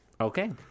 Okay